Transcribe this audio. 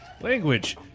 language